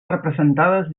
representades